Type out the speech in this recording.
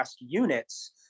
units